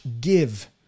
give